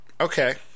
Okay